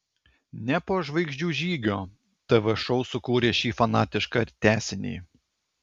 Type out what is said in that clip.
ne po žvaigždžių žygio tv šou sukūrė šį fanatišką tęsinį